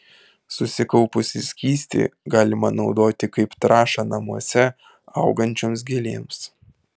susikaupusį skystį galima naudoti kaip trąšą namuose augančioms gėlėms